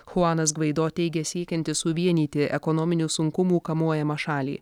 chuanas gvaido teigia siekiantis suvienyti ekonominių sunkumų kamuojamą šalį